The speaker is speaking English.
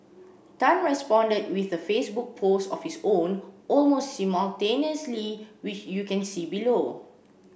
tan responded with a Facebook post of his own almost simultaneously which you can see below